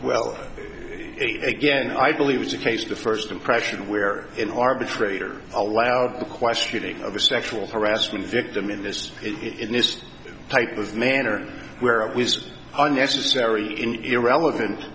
well again i believe it's a case of the first impression where an arbitrator allowed the questioning of a sexual harassment victim in this in this type of manner where it was unnecessary in irrelevant